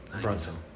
Brunson